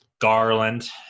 Garland